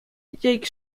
jake